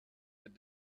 that